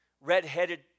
red-headed